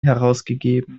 herausgegeben